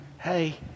Hey